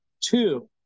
two